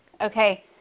Okay